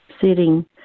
sitting